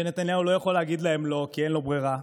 שנתניהו לא יכול להגיד להם לא כי אין לו ברירה,